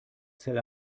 zell